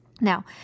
Now